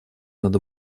над